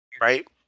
Right